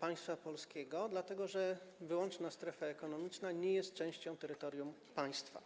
państwa polskiego, dlatego że wyłączna strefa ekonomiczna nie jest częścią terytorium państwa.